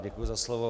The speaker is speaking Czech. Děkuji za slovo.